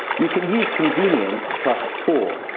you can use convenient plus for.